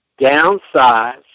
downsize